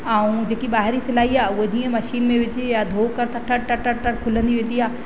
ऐं जेकी ॿाहिरीं सिलाई आहे उहा जीअं मशीन में विझु या धो करि त टर टर टर खुलंदी वेंदी आहे